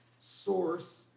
source